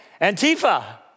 Antifa